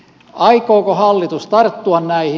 aikooko hallitus tarttua näihin